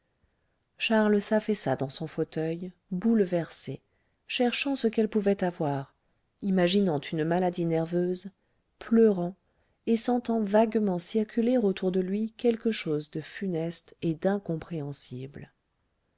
charles s'affaissa dans son fauteuil bouleversé cherchant ce qu'elle pouvait avoir imaginant une maladie nerveuse pleurant et sentant vaguement circuler autour de lui quelque chose de funeste et d'incompréhensible